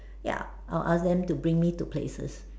ya I will ask them to bring me to places